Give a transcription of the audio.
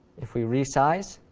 if we resize,